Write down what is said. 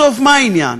בסוף מה העניין?